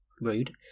Rude